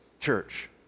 Church